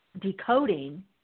decoding